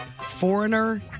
Foreigner